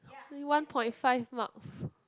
one point five marks